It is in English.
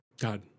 God